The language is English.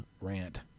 rant